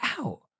out